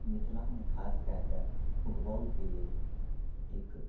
मिथिलामऽ खास कैकऽ फुटबॉलके लेल एक